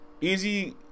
Easy